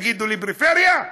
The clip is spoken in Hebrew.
תגידו לי פריפריה?